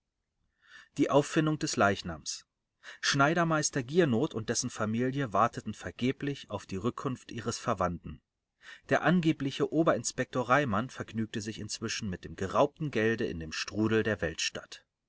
die auffindung des leichnams schneidermeister giernoth und dessen familie warteten vergeblich auf die rückkunft ihres verwandten der angebliche oberinspektor reimann vergnügte sich inzwischen mit dem geraubten gelde in dem strudel der